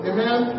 Amen